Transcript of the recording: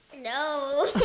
no